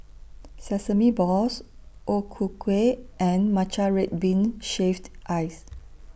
Sesame Balls O Ku Kueh and Matcha Red Bean Shaved Ice